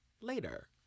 later